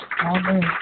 Amen